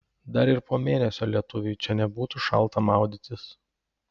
dar ir po mėnesio lietuviui čia nebūtų šalta maudytis